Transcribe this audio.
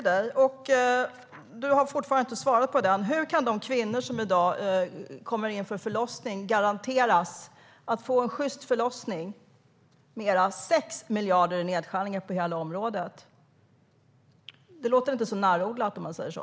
Du har fortfarande inte svarat på frågan: Hur kan de kvinnor som i dag kommer in för förlossning garanteras att få en sjyst förlossning med era 6 miljarder i nedskärningar på hela utgiftsområdet? Det låter inte så närodlat, om man säger så.